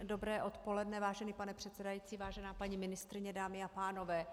Dobré odpoledne, vážený pane předsedající, vážená paní ministryně, dámy a pánové.